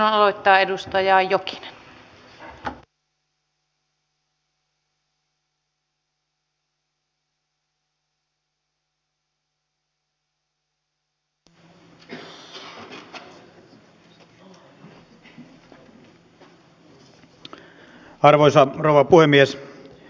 kehitys on mielestäni vakaalla pohjalla